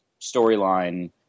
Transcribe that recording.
storyline